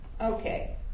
Okay